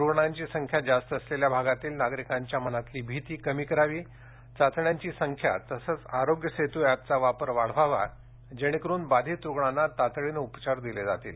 रुग्णांची संख्या जास्त असलेल्या भागांतील नागरिकांच्या मनातील भीती कमी करावी चाचण्यांची संख्या तसंच आरोग्य सेतू एपचा वापर वाढवावा जेणेकरुन बाधित रुग्णाना तातडीनं उपचार दिले जातील